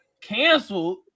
Canceled